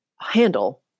handle